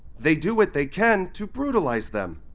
they do what they can to brutalize them.